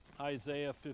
Isaiah